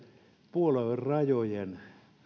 puoluerajojen